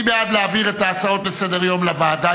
מי בעד להעביר את ההצעות לסדר-היום לוועדה,